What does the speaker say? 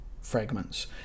fragments